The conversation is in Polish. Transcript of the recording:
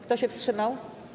Kto się wstrzymał?